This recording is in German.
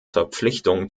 verpflichtung